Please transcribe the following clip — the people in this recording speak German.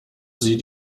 sie